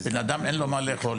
בנאדם אין לו מה לאכול,